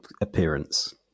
appearance